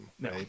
No